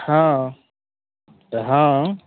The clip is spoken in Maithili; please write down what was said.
हाँ से हाँ